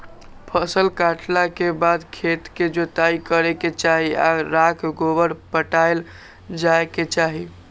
फसल काटला के बाद खेत के जोताइ करे के चाही आऽ राख गोबर पटायल जाय के चाही